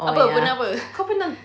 apa pernah apa